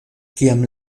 kiam